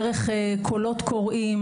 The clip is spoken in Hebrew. דרך קולות קוראים,